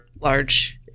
large